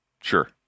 Sure